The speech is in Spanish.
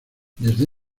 desde